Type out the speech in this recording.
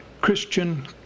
Christian